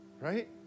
right